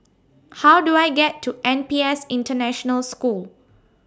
How Do I get to N P S International School